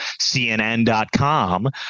CNN.com